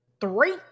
Three